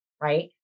right